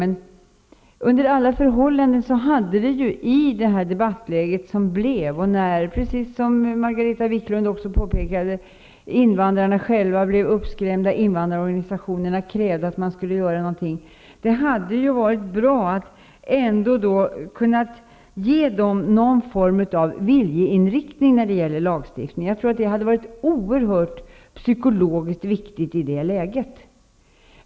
Det hade under alla förhållanden, i det debattläge som uppstod när invandrarna blev uppskrämda och invandrarorganisationerna krävde att man skulle göra någonting, varit bra att kunna ge besked om en viljeinriktning när det gäller lagstiftning. Det påpekade också Margareta Viklund. Det hade varit oerhört psykologiskt viktigt i detta läge.